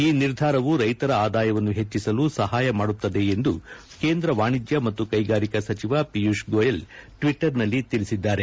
ಈ ನಿರ್ಧಾರವು ರೈತರ ಆದಾಯವನ್ನು ಹೆಚ್ಚಿಸಲು ಸಹಾಯ ಮಾಡುತ್ತದೆ ಎಂದು ಕೇಂದ್ರ ವಾಣಿಜ್ಯ ಮತ್ತು ಕೈಗಾರಿಕಾ ಸಚಿವ ಪಿಯೂಷ್ ಗೋಯಲ್ ಟ್ವೀಟರ್ನಲ್ಲಿ ತಿಳಿಸಿದ್ದಾರೆ